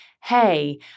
hey